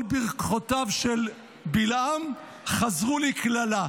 כל ברכותיו של בלעם חזרו לקללה.